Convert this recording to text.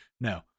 No